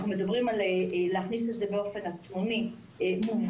אנחנו מדברים על להכניס את זה באופן עצמוני ומובחן,